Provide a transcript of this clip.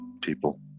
people